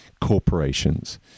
corporations